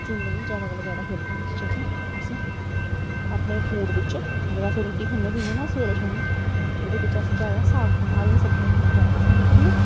चुनने गी जैदा कोला जैदा खेतरें बिच्च जन्नें असें अपने फूड बिच्च जेह्ड़ा अस रुट्टी खन्ने पीन्ने आं ना सवेरै शामीं ओह्दे बिच्च अस जैदा साग खाना हरियां सब्जियां खाना जैदा पसंद करनें